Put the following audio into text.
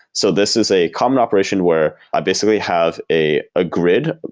so this is a common operation where i basically have a a grid.